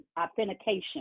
authentication